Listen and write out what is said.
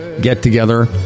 get-together